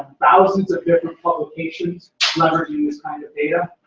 thousands of different publications leveraging this kind of data.